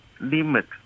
limit